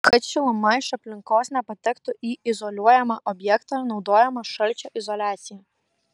kad šiluma iš aplinkos nepatektų į izoliuojamą objektą naudojama šalčio izoliacija